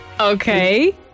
Okay